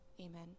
Amen